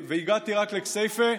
הגעתי רק לכסייפה,